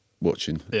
watching